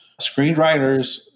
screenwriters